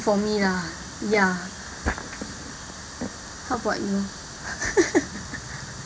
for me lah ya how about you